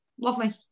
Lovely